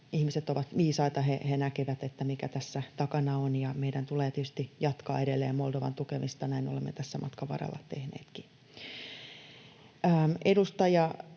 ihmiset ovat viisaita. He näkevät, mikä tässä on takana. Meidän tulee tietysti jatkaa edelleen Moldovan tukemista, näin olemme tässä matkan varrella tehneetkin. Edustaja